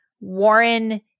Warren